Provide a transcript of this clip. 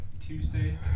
Tuesday